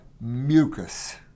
mucus